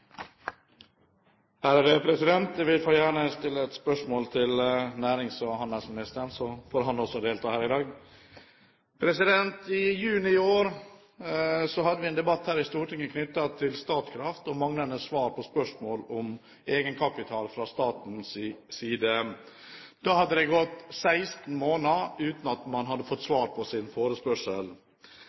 Jeg vil gjerne stille et spørsmål til nærings- og handelsministeren, så får han også delta her i dag. I juni i år hadde vi en debatt her i Stortinget knyttet til Statkraft og manglende svar på spørsmål om egenkapital fra statens side. Da hadde det gått 16 måneder uten at man hadde fått svar på